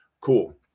Cool